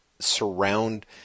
surround